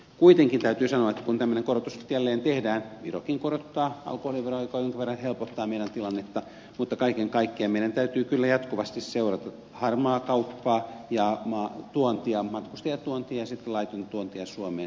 kuitenkin täytyy sanoa että kun tämmöinen korotus jälleen tehdään virokin korottaa alkoholiveroa mikä jonkin verran helpottaa meidän tilannettamme kaiken kaikkiaan meidän täytyy kyllä jatkuvasti seurata harmaata kauppaa ja tuontia matkustajatuontia ja laitonta tuontia suomeen